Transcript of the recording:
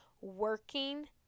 working